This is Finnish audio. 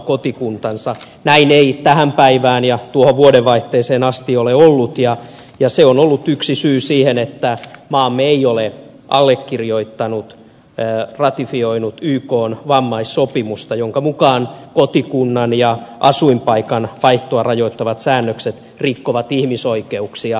näin ei tähän päivään ja tuohon vuodenvaihteeseen asti ole ollut ja se on ollut yksi syy siihen että maamme ei ole allekirjoittanut ratifioinut ykn vammaissopimusta jonka mukaan kotikunnan ja asuinpaikan vaihtoa rajoittavat säännökset rikkovat ihmisoikeuksia